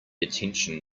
attention